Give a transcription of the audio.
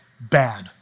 bad